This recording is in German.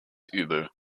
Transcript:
übel